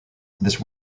this